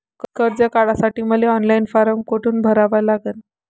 कर्ज काढासाठी मले ऑनलाईन फारम कोठून भरावा लागन?